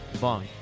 Bong